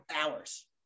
hours